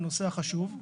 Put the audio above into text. הנושא החשוב.